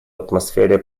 атмосфере